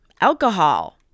alcohol